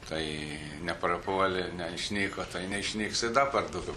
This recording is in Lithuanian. tai neprapuolė neišnyko tai neišnyks tai dar per du tūks